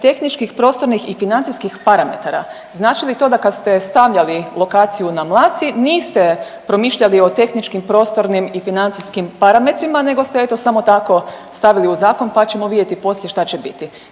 tehničkih, prostornih i financijskih parametara. Znači li to da kad ste stavljali lokaciju na Mlaci niste promišljali o tehničkim, prostornim i financijskim parametrima nego ste eto samo tako stavili u zakon pa ćemo vidjeti poslije šta će biti?